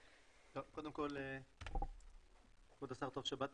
קודם כל כבוד השר טוב שבאת,